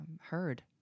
heard